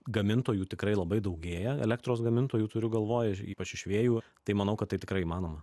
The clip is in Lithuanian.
gamintojų tikrai labai daugėja elektros gamintojų turiu galvoj ypač iš vėjų tai manau kad tai tikrai įmanoma